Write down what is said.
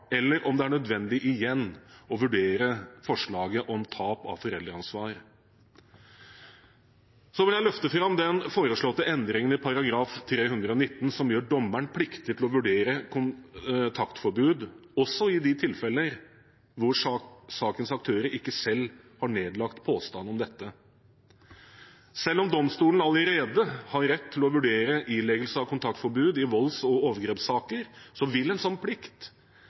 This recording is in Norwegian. eller om det er nødvendig igjen å vurdere forslaget om tap av foreldreansvar. Så vil jeg løfte fram den foreslåtte endringen i § 319 som gjør dommeren pliktig til å vurdere kontaktforbud, også i de tilfeller hvor sakens aktører ikke selv har nedlagt påstand om dette. Selv om domstolen allerede har rett til å vurdere ileggelse av kontaktforbud i volds- og overgrepssaker, vil en slik plikt